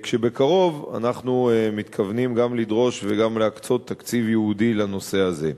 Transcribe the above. בקרוב אנחנו מתכוונים גם לדרוש וגם להקצות תקציב ייעודי לנושא הזה.